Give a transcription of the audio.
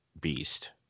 beast